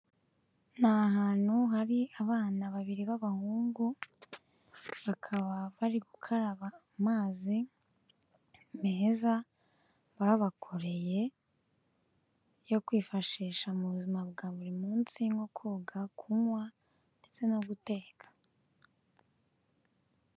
Ni ahantu hari abana babiri b'abahungu bakaba bari gukaraba amazi meza babakoreye yo kwifashisha mu buzima bwa buri munsi nko koga, kunywa ndetse no guteka.